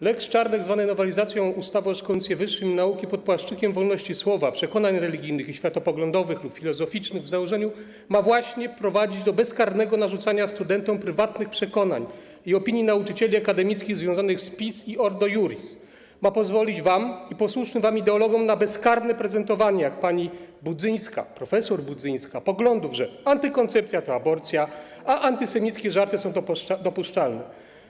Lex Czarnek, zwane nowelizacją ustawy o szkolnictwie wyższym i nauki, pod płaszczykiem wolności słowa, przekonań religijnych i światopoglądowych lub filozoficznych w założeniu ma właśnie prowadzić do bezkarnego narzucania studentom prywatnych przekonań i opinii nauczycieli akademickich związanych z PiS i Ordo Iuris; ma pozwolić wam i posłusznym wam ideologom na bezkarne prezentowanie, jak pani prof. Budzyńska, poglądów, że antykoncepcja to aborcja, a antysemickie żarty są dopuszczalne.